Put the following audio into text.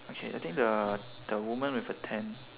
okay I think the the woman with a tent